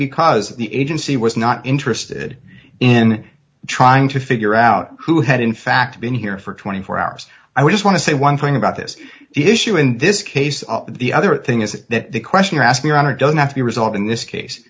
because the agency was not interested in trying to figure out who had in fact been here for twenty four hours i just want to say one thing about this issue in this case the other thing is that the question you ask your honor doesn't have to be resolved in this case